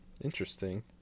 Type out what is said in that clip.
Interesting